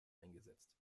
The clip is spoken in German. eingesetzt